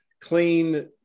clean